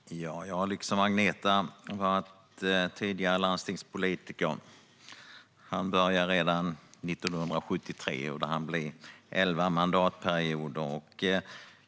Herr talman! Jag har liksom Agneta Börjesson varit landstingspolitiker. Jag började redan 1973, och det hann bli elva mandatperioder.